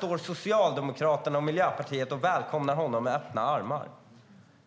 men Socialdemokraterna och Miljöpartiet välkomnar honom med öppna armar.